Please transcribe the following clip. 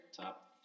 top